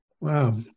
Wow